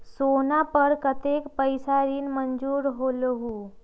सोना पर कतेक पैसा ऋण मंजूर होलहु?